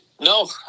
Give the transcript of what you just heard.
No